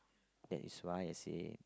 that is why I say